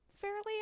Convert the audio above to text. fairly